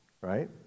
right